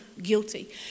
guilty